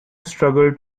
struggled